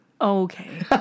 okay